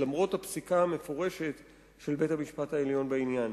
למרות הפסיקה המפורשת של בית-המשפט העליון בעניין.